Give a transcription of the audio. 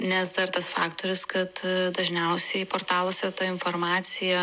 nes dar tas faktorius kad dažniausiai portaluose ta informacija